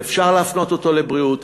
שאפשר להפנות אותו לבריאות,